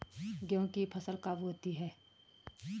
गेहूँ की फसल कब होती है?